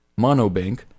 Monobank